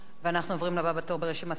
אנחנו עוברים לבא בתור ברשימת הדוברים,